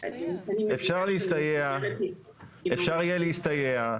אפשר יהיה להסתייע,